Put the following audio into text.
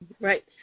right